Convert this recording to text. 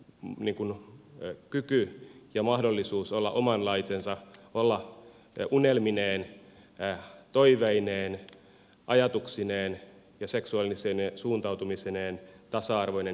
nuoren täysimääräisen kyvyn ja mahdollisuuden olla omanlaisensa olla unelmineen toiveineen ajatuksineen ja seksuaalisine suuntautumisineen tasa arvoinen ja yhdenvertainen